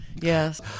Yes